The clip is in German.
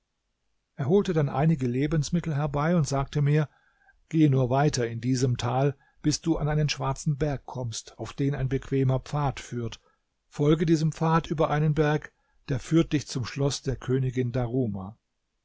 er holte dann einige lebensmittel herbei und sagte mir geh nur weiter in diesem tal bis du an einen schwarzen berg kommst auf den ein bequemer pfad führt folge diesem pfad über einen berg der führt dich zum schloß der königin daruma